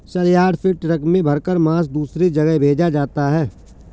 सलयार्ड से ट्रक में भरकर मांस दूसरे जगह भेजा जाता है